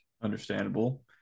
Understandable